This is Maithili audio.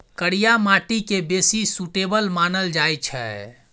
करिया माटि केँ बेसी सुटेबल मानल जाइ छै